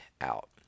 out